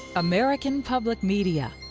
american public media